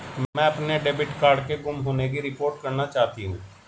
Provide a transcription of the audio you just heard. मैं अपने debit card के गुम होने की रिपोर्ट करना चाहती हूँ